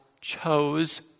chose